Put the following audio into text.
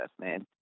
man